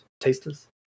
tasteless